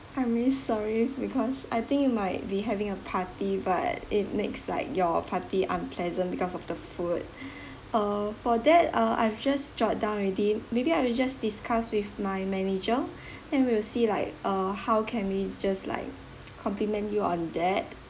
I'm really sorry because I think you might be having a party but it makes like your party unpleasant because of the food err for that ah I've just jot down already maybe I will just discuss with my manager and we'll see like err how can we just like compliment you on that